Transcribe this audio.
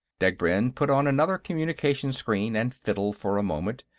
degbrend put on another communication-screen and fiddled for a moment.